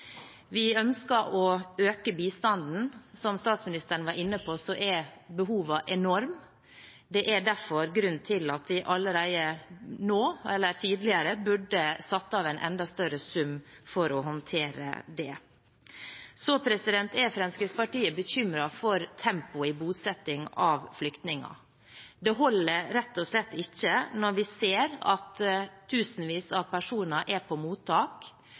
Vi ønsker å øke bistanden, for som statsministeren var inne på, er behovene enorme. Det er derfor grunn til at vi allerede tidligere burde satt av en enda større sum for å håndtere det. Så er Fremskrittspartiet bekymret for tempoet i bosettingen av flyktninger. Det holder rett og slett ikke. Vi ser at tusenvis av personer er i mottak,